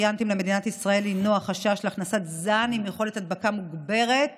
הינה החשש להכנסת זן עם יכולת הדבקה מוגברת